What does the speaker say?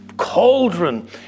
cauldron